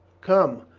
come,